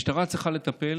משטרה צריכה לטפל